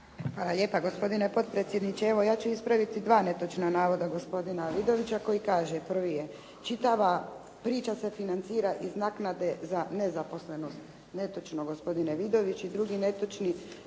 Hvala lijepa. Gospodine potpredsjedniče. Ja ću ispraviti dva netočna navoda gospodina Vidovića koji kaže. Prvi je "Čitava priča se financira iz naknade za nezaposlenost.". Netočno gospodine Vidović. "I drugi netočni